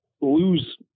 lose